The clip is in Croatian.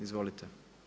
Izvolite.